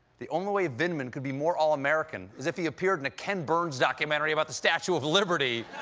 the only way vindman could be more all-american is if he appeared in a ken burns documentary about the statue of liberty,